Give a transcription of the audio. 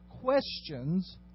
questions